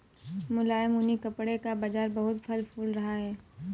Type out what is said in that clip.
मुलायम ऊनी कपड़े का बाजार बहुत फल फूल रहा है